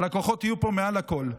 הלקוחות יהיו פה מעל הכול.